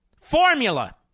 formula